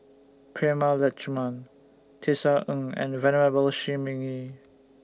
Prema Letchumanan Tisa Ng and Venerable Shi Ming Yi